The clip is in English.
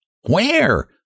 Where